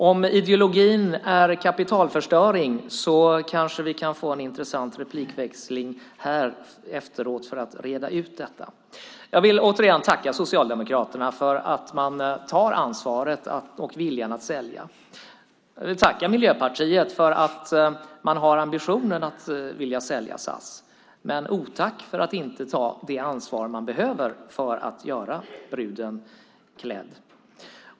Om ideologin är kapitalförstöring kanske vi kan få en intressant replikväxling här efteråt för att reda ut detta. Jag vill återigen tacka Socialdemokraterna för att man tar ansvaret och har viljan att sälja. Jag vill tacka Miljöpartiet för att man har ambitionen att vilja sälja SAS, men inte tacka för att man inte vill ta det ansvar man behöver för att göra bruden klädd.